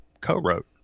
co-wrote